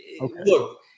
Look